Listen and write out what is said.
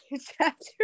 Chapter